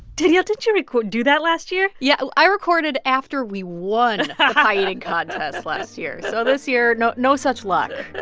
danielle, did you record do that last year? yeah, i recorded after we won. the pie-eating contest last year. so this year, no no such luck